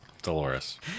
Dolores